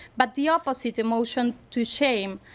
but the opposite emotion to shame,